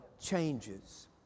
changes